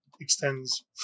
extends